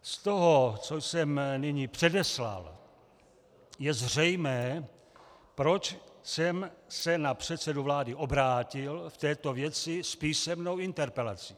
Z toho, co jsem nyní předeslal, je zřejmé, proč jsem se na předsedu vlády obrátil v této věci s písemnou interpelací.